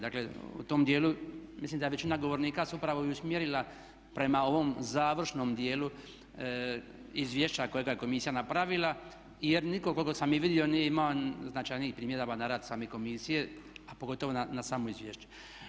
Dakle, u tom dijelu mislim da je većina govornika se upravo i usmjerila prema ovom završnom dijelu izvješća kojega je komisija napravila jer nitko koliko sam vidio nije imao značajnijih primjedbi na rad same komisije, a pogotovo na samo izvješće.